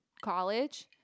college